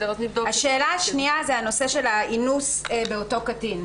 השאלה השנייה היא הנושא של האינוס של אותו קטין.